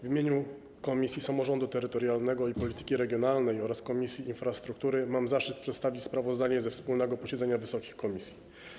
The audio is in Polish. W imieniu Komisji Samorządu Terytorialnego i Polityki Regionalnej oraz Komisji Infrastruktury mam zaszczyt przedstawić sprawozdanie ze wspólnego posiedzenia wysokich komisji.